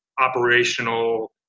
operational